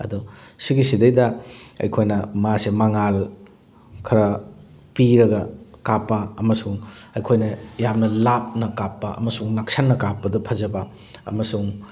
ꯑꯗꯨ ꯁꯤꯒꯤ ꯁꯤꯗꯩꯗ ꯑꯩꯈꯣꯏꯅ ꯃꯥꯁꯦ ꯃꯉꯥꯜ ꯈꯔ ꯄꯤꯔꯒ ꯀꯥꯞꯄ ꯑꯃꯁꯨꯡ ꯑꯩꯈꯣꯏꯅ ꯌꯥꯝꯅ ꯂꯥꯞꯅ ꯀꯥꯞꯄ ꯑꯃꯁꯨꯡ ꯅꯛꯁꯟꯅ ꯀꯥꯞꯄꯗ ꯐꯖꯕ ꯑꯃꯁꯨꯡ